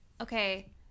okay